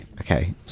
Okay